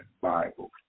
Bible